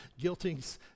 Guilting